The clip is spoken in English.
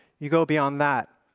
you go beyond that,